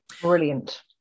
Brilliant